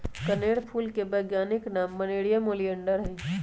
कनेर फूल के वैज्ञानिक नाम नेरियम ओलिएंडर हई